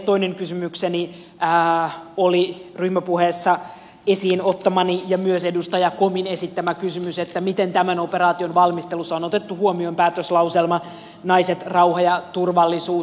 toinen kysymykseni oli ryhmäpuheessa esiin ottamani ja myös edustaja komin esittämä kysymys miten tämän operaation valmistelussa on otettu huomioon päätöslauselma naiset rauha ja turvallisuus